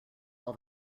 all